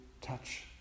touch